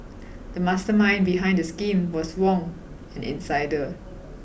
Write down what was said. the mastermind behind the scheme was Wong an insider